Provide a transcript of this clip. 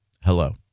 Hello